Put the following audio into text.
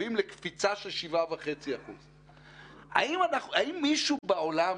הן לקפיצה של 7.5%. האם מישהו בעולם,